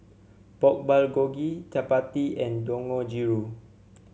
Pork Bulgogi Chapati and Dangojiru